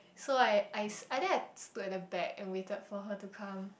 so I I I think I stood at the back and waited for her to come